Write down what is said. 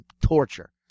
torture